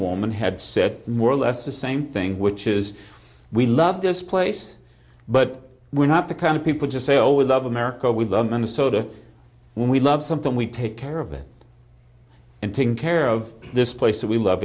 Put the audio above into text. woman had said more or less the same thing which is we love this place but we're not the kind of people to say oh we love america we love minnesota we love something we take care of it and taking care of this place that we love